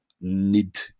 need